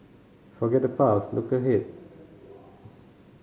forget the past look ahead